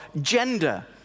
gender